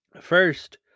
First